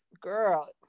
girl